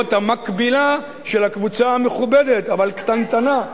להיות המקבילה של הקבוצה המכובדת אבל קטנטנה,